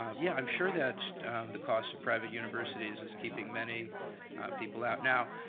um yeah, i'm sure that the cost of private universities is keeping many people out. now,